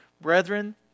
Brethren